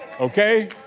Okay